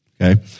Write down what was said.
Okay